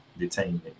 detainment